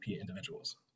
individuals